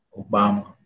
Obama